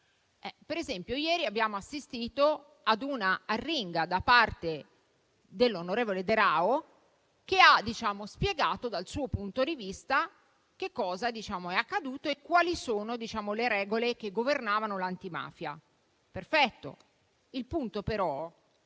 Per esempio, ieri abbiamo assistito ad un'arringa da parte dell'onorevole De Raho, che ha spiegato dal suo punto di vista che cosa è accaduto e quali sono le regole che governavano l'antimafia: perfetto. Il punto, però,